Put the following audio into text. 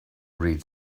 read